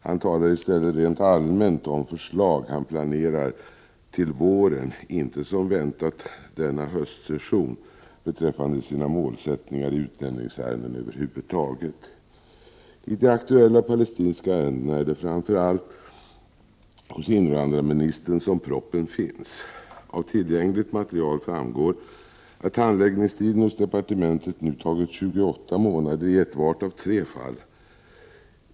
Han talar i stället rent allmänt om förslag beträffande utlänningsärenden över huvud taget som han planerar att lägga fram till våren, och inte som väntat denna höstsession. I de aktuella ärendena rörande palestinier är det framför allt hos invandrarministern proppen finns. Av tillgängligt material framgår att handläggningstiden hos departementet i tre fall har varit 28 månader.